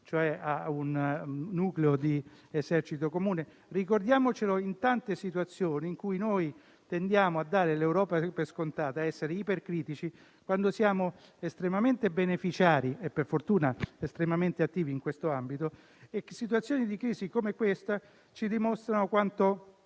cioè a un nucleo di esercito comune. Ricordiamolo in tante situazioni in cui tendiamo a dare l'Europa per scontata e ad essere ipercritici, quando siamo estremamente beneficiari e, per fortuna, estremamente attivi in questo ambito. Situazioni di crisi come questa ci dimostrano quanto